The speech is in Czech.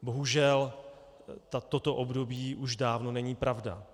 Bohužel, toto období už dávno není pravda.